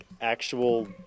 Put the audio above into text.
actual